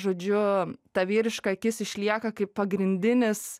žodžiu ta vyriška akis išlieka kaip pagrindinis